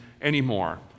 anymore